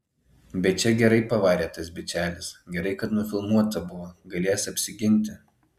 bet čia gerai pavarė tas bičelis gerai kad nufilmuota buvo galės apsiginti